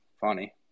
Funny